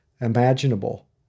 imaginable